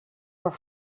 were